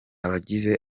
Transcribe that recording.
abagize